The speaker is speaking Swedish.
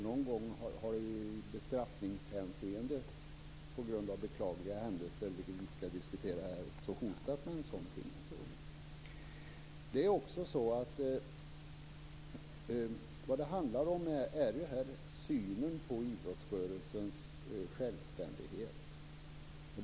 Någon gång har man också i bestraffningssyfte, på grund av beklagliga händelser som vi inte skall diskutera här, hotat med en sådan tingens ordning. Vad det här handlar om är synen på idrottsrörelsens självständighet.